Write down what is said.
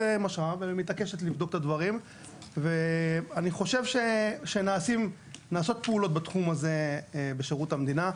מתעקשת לבדוק את הדברים ו8אני חושב שנעשות פעולות בתחום הזה בשירות המדינה,